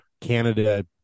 Canada